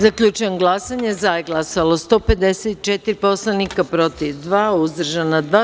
Zaključujem glasanje: za - 154 poslanika, protiv - dva, uzdržana - dva.